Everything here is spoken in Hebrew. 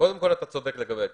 קודם כל, אתה צודק לגבי הכסף.